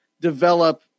develop